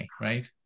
right